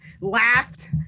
laughed